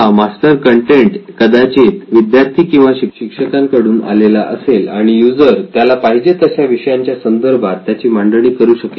हा master content कदाचित विद्यार्थी किंवा शिक्षकांकडून आलेला असेल आणि युजर त्याला पाहिजे तशा विषयांच्या संदर्भात त्याची मांडणी करू शकेल